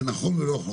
זה נכון ולא נכון.